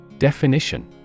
Definition